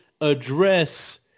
address